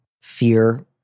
fear